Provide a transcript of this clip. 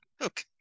okay